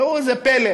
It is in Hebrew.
ראו זה פלא,